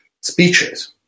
speeches